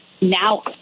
now